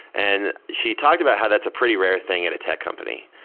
and she talked about how that's a pretty rare thing in a tech company.